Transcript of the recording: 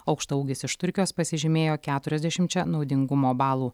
aukštaūgis iš turkijos pasižymėjo keturiasdešimčia naudingumo balų